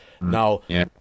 Now